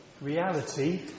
Reality